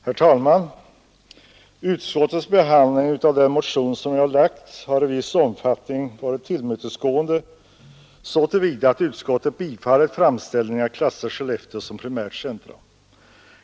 Herr talman! Utskottets behandling av den motion jag väckt har varit tillmötesgående så till vida att utskottet bifallit framställningen att klassa Skellefteå som primärt centrum.